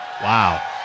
Wow